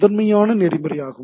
முதன்மையான நெறிமுறையாகும்